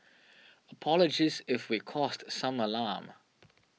apologies if we caused some alarm